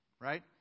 Right